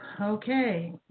Okay